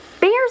Bears